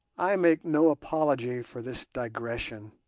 i make no apology for this digression,